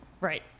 Right